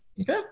Okay